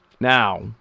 Now